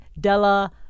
della